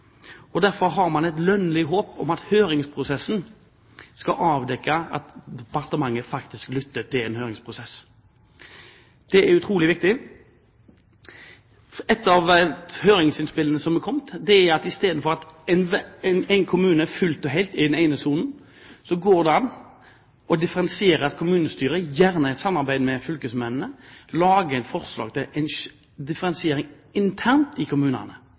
Derfor har man et lønnlig håp om at departementet faktisk lytter til det som kommer fram under høringsprosessen. Det er utrolig viktig. Et av høringsinnspillene som har kommet, går ut på at i stedet for at en kommune fullt og helt er i den ene sonen, går det an at kommunestyret, gjerne i samarbeid med fylkesmennene, lager et forslag til en differensiering internt i